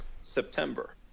September